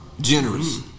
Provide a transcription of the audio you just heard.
generous